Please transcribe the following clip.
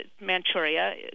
Manchuria